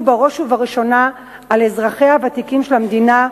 בראש ובראשונה על אזרחיה הוותיקים של המדינה,